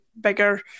bigger